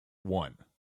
one